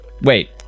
Wait